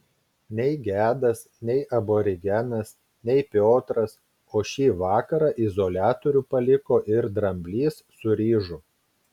nei gedas nei aborigenas nei piotras o šį vakarą izoliatorių paliko ir dramblys su ryžu